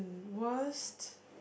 worst